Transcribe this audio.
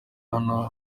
hano